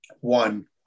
One